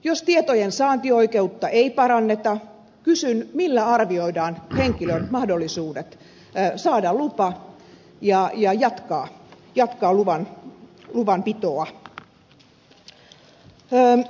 jos tietojen saantioikeutta ei paranneta kysyn millä arvioidaan henkilön mahdollisuudet saada lupa ja jatkaa luvan pitoa